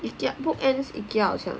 if their bookends Ikea 好像有